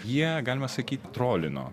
jie galima sakyt trolino